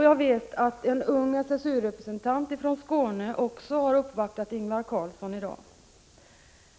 Jag vet att även en ung SSU-representant från Skåne har uppvaktat Ingvar Carlsson i dag.